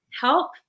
help